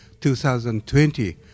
2020